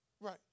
Right